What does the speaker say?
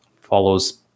follows